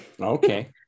Okay